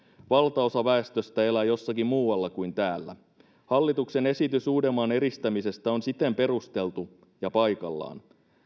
valtaosa väestöstä elää jossakin muualla kuin täällä hallituksen esitys uudenmaan eristämisestä on siten perusteltu ja paikallaan